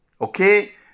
okay